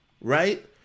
right